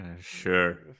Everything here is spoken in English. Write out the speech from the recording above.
Sure